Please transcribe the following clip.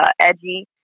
edgy